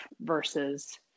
versus